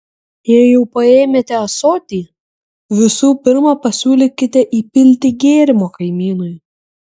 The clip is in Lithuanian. jei jau paėmėte ąsotį visų pirma pasiūlykite įpilti gėrimo kaimynui